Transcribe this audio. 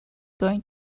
going